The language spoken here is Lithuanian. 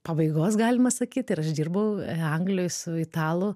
pabaigos galima sakyt ir aš dirbau anglijoj su italu